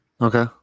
okay